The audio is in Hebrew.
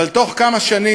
אבל בתוך כמה שנים,